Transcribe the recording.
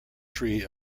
tree